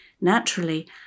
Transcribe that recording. Naturally